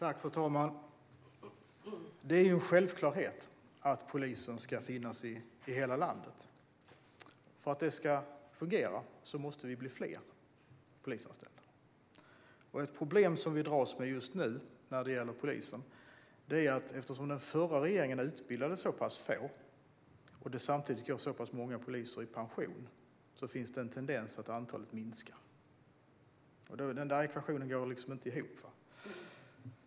Fru talman! Det är en självklarhet att polisen ska finnas i hela landet. För att detta ska fungera måste vi få fler polisanställda. Ett problem som vi dras med just nu när det gäller polisen är att eftersom den förra regeringen utbildade så pass få och många poliser samtidigt går i pension finns det en tendens att antalet minskar. Ekvationen går liksom inte ihop.